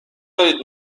دارید